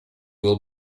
will